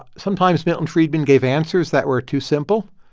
sometimes, milton friedman gave answers that were too simple.